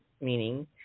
meaning